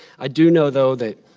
i do know, though, that